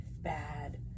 bad